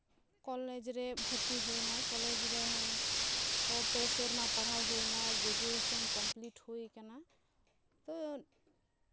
college ᱨᱮ ᱵᱷᱚᱨᱛᱤ ᱦᱩᱭᱱᱟ ᱠᱚᱞᱮᱡᱽ ᱨᱮ ᱦᱚᱸ ᱯᱮ ᱥᱮᱨᱢᱟ ᱯᱟᱲᱦᱟᱣ ᱦᱩᱭ ᱱᱟ ᱜᱨᱮᱡᱩᱭᱮᱥᱮᱱ ᱠᱚᱢᱯᱤᱞᱤᱴ ᱦᱩᱭ ᱠᱟᱱᱟ ᱛᱚ